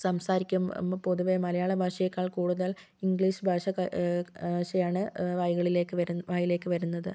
സംസാരിക്കുമ്പോൾ പൊതുവേ മലയാള ഭാഷയെക്കാൾ കൂടുതൽ ഇംഗ്ലീഷ് ഭാഷ ക ഭാഷയാണ് വായ്കളിലേക്ക് വരു വായിലേക്ക് വരുന്നത്